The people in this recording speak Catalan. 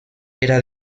era